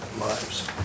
lives